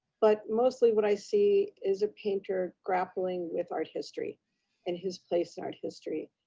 but mostly what i see is a painter grappling with art history and his place in art history,